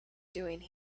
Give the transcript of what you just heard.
doing